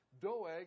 Doeg